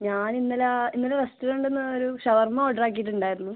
ഞാൻ ഇന്നലെ ഇന്നലെ റെസ്റ്റോറൻ്റിൽ നിന്ന് ഒരു ഷവർമ ഓർഡർ ആക്കിയിട്ട് ഉണ്ടായിരുന്നു